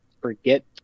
forget